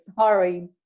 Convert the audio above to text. sorry